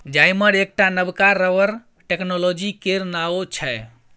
जाइमर एकटा नबका रबर टेक्नोलॉजी केर नाओ छै